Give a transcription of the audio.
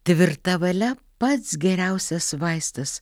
tvirta valia pats geriausias vaistas